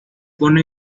pone